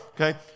okay